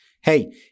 hey